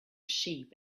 sheep